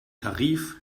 tarif